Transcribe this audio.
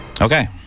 Okay